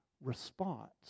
response